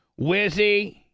Wizzy